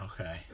Okay